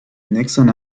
nixon